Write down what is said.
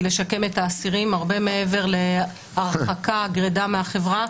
לשקם את האסירים הרבה מעבר להרחקה גרידא מהחברה,